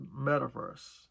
Metaverse